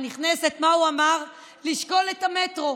התחמקת מזה גם בהצעה לסדר-היום.